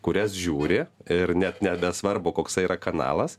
kurias žiūri ir net nebesvarbu koksai yra kanalas